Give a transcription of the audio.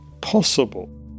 possible